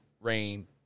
rain